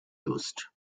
used